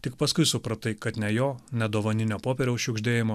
tik paskui supratai kad ne jo ne dovaninio popieriaus šiugždėjimo